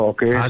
Okay